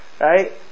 Right